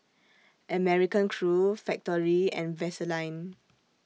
American Crew Factorie and Vaseline